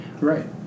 right